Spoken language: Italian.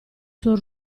suo